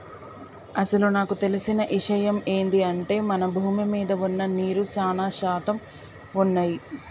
అసలు నాకు తెలిసిన ఇషయమ్ ఏంది అంటే మన భూమి మీద వున్న నీరు సానా శాతం వున్నయ్యి